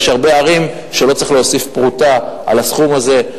ויש הרבה ערים שבהן לא צריך להוסיף פרוטה על הסכום הזה.